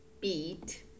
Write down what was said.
beat